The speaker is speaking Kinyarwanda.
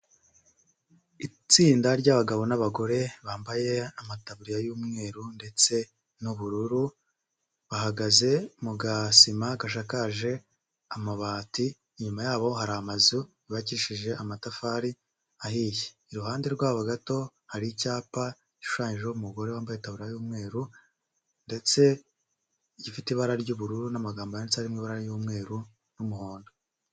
Itsinda ry'abagabo n'abagore bambaye amataburiya y'umweru ndetse n'ubururu bahagaze mu gasima gashagaje amabati inyuma yabo hari amazu yubakishije amatafari ahiye iruhande rwabo gato hari icyapa gishushanyijeho umugore wambaye itaburiya y'umweru ndetse gifite ibara ry'ubururu n'amagambo yanditseho ari mu ibara ry'umweru n'umuhondo.